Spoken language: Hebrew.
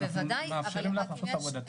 אנחנו מאפשרים לך לעשןת את עבודתך.